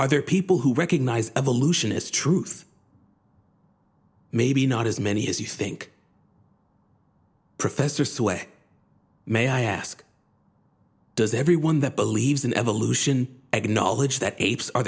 are there people who recognise evolution as truth maybe not as many as you think professor sway may i ask does everyone that believes in evolution acknowledge that apes